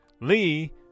Lee